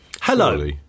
Hello